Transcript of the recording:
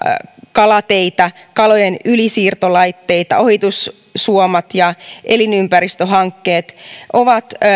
kalateitä kalojen ylisiirtolaitteita ohitusuomia ja elinympäristöhankkeita on